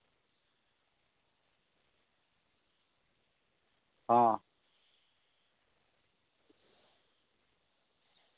ᱦᱚᱸ